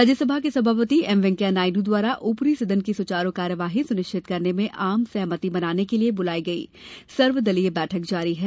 राज्यसभा के सभापति एम वेंकैया नायडू द्वारा ऊपरी सदन की सुचारु कार्यवाही सुनिश्चित करने में आम सहमति बनाने के लिए बुलाई गई सर्वदलीय बैठक जारी है